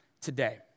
today